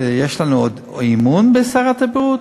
יש לנו עוד אמון בשרת הבריאות?